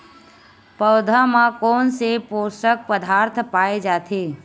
पौधा मा कोन से पोषक पदार्थ पाए जाथे?